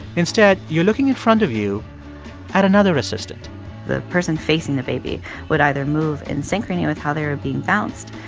instead, you're looking in front of you at another assistant the person facing the baby would either move in synchrony with how they were being bounced,